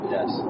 Yes